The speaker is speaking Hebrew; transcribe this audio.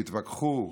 תתווכחו,